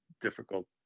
difficult